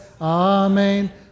Amen